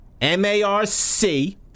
M-A-R-C